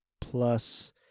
plus